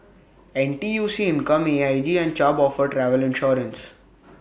N T U C income A I G and Chubb offer travel insurance